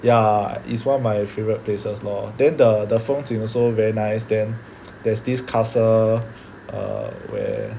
ya it's one of my favorite places lor then the the 风景 also very nice then there's this castle err where